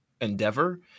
Endeavor